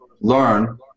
learn